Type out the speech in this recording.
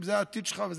אם זה העתיד שלך וזה